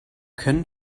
können